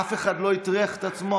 אף אחד לא הטריח את עצמו,